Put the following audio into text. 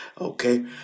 okay